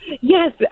Yes